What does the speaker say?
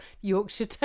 yorkshire